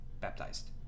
baptized